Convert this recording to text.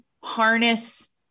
harness